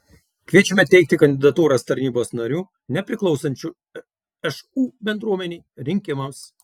kviečiame teikti kandidatūras tarybos narių nepriklausančių šu bendruomenei rinkimams